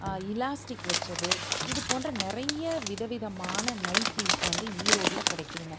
elastic வச்சது இதுபோன்ற நிறைய விதவிதமான நைட்டீஸ் வந்து ஈரோடில் கிடைக்கிதுங்க